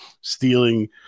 stealing